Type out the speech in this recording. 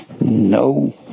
no